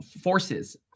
forces